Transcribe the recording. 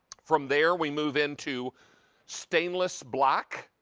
from there we move into stainless black.